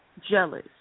jealous